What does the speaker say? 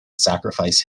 sacrifice